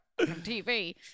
TV